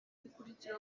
dukurikira